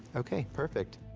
okay, perfect.